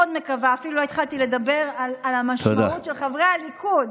אפילו לא התחלתי לדבר על המשמעות של חברי הליכוד.